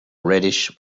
reddish